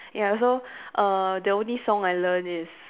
ya so err the only song I learn is